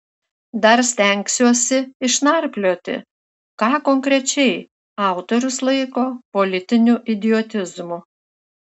dar stengsiuosi išnarplioti ką konkrečiai autorius laiko politiniu idiotizmu